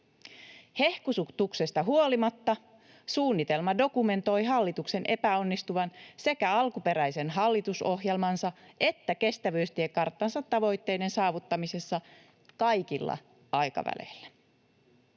Hehkutuksesta huolimatta suunnitelma dokumentoi hallituksen epäonnistuvan sekä alkuperäisen hallitusohjelmansa että kestävyystiekarttansa tavoitteiden saavuttamisessa kaikilla aikaväleillä.